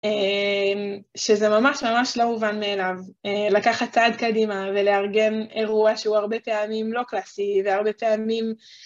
שזה ממש ממש לא מובן מאליו, לקחת צעד קדימה ולארגן אירוע שהוא הרבה פעמים לא קלאסי, והרבה טעמים